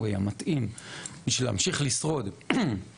שמעתי שבעתיד יהיה מחסור במורים למדע.